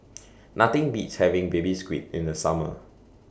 Nothing Beats having Baby Squid in The Summer